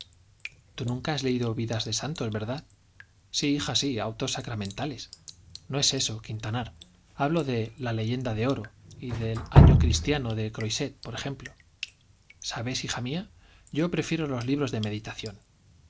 tú nunca has leído vida de santos verdad sí hija sí y autos sacramentales no es eso quintanar hablo de la leyenda de oro y del año cristiano de croiset por ejemplo sabes hija mía yo prefiero los libros de meditación